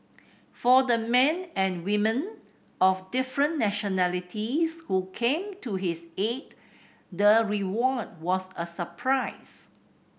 for the men and women of different nationalities who came to his aid the reward was a surprise